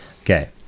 Okay